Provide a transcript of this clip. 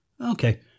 Okay